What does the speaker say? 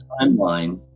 timeline